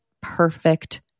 perfect